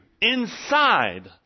inside